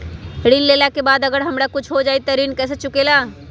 ऋण लेला के बाद अगर हमरा कुछ हो जाइ त ऋण कैसे चुकेला?